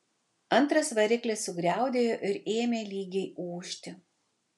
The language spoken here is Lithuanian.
antras variklis sugriaudėjo ir ėmė lygiai ūžti